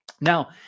Now